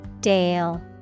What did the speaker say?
Dale